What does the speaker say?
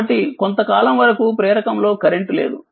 కాబట్టికొంతకాలం వరకు ప్రేరకం లోకరెంట్ లేదు